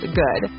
good